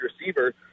receiver